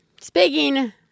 Speaking